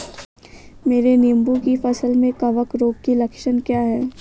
मेरी नींबू की फसल में कवक रोग के लक्षण क्या है?